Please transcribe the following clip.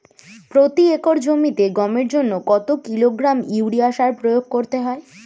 প্রতি একর জমিতে গমের জন্য কত কিলোগ্রাম ইউরিয়া সার প্রয়োগ করতে হয়?